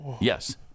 Yes